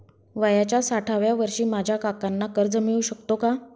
वयाच्या साठाव्या वर्षी माझ्या काकांना कर्ज मिळू शकतो का?